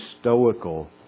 stoical